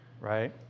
right